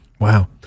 Wow